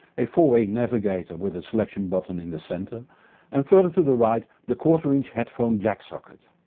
a four way navigator with a select and button in the centre and further to the right the quarter inch headphone jack socket.